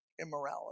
immorality